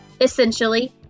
Essentially